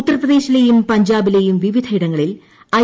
ഉത്തർപ്രദേശിലേയും ്രപിഞ്ചാബിലേയും വിവിധയിടങ്ങളിൽ ഐ